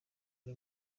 uri